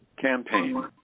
campaign